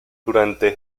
durante